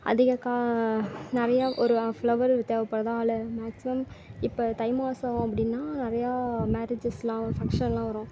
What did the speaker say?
அதிகம் நிறையா ஒரு ஃப்ளவரு தேவைப்படுதா இல்லை மேக்ஸிமம் இப்போ தை மாதம் அப்படின்னா நிறையா மேரேஜெஸ்லாம் ஃபங்க்ஷன்லாம் வரும்